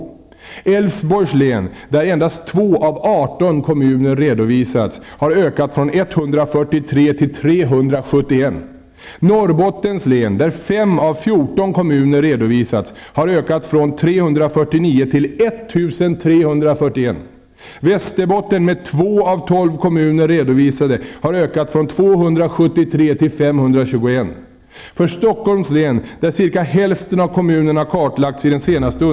I Älvsborgs län, där endast 2 av 18 kommuner redovisats, har antalet ökat från 143 till 371. I Norrbottens län, där 5 av 14 kommuner redovisats, har ökat det från 349 till missbrukare.